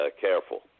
careful